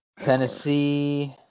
Tennessee